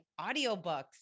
audiobooks